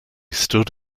stood